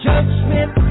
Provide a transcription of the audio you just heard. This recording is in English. Judgment